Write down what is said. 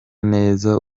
neza